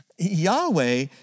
Yahweh